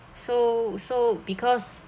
so so because